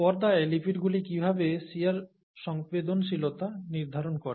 পর্দায় লিপিডগুলি কীভাবে শিয়ার সংবেদনশীলতা নির্ধারণ করে